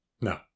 No